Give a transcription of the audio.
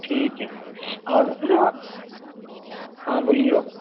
ठीक है आओर मैथ हँ बोलिऔ